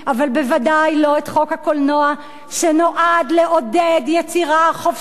אבל בוודאי לא את חוק הקולנוע שנועד לעודד יצירה חופשית,